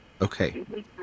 Okay